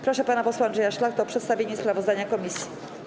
Proszę pana posła Andrzeja Szlachtę o przedstawienie sprawozdania komisji.